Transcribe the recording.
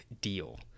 deal